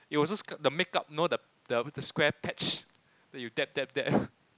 it was just the makeup know the with the square patch then you dab dab dab